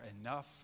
enough